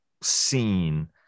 seen